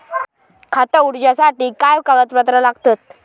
खाता उगडूच्यासाठी काय कागदपत्रा लागतत?